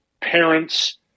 parents